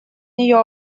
нее